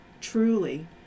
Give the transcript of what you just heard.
truly